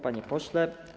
Panie Pośle!